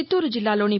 చిత్తూరు జిల్లాలోని